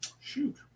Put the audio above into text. Shoot